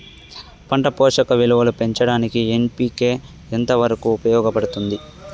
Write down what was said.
పంట పోషక విలువలు పెంచడానికి ఎన్.పి.కె ఎంత వరకు ఉపయోగపడుతుంది